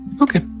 Okay